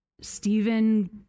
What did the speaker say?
Stephen